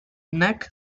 neck